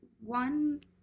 One